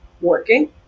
working